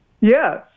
Yes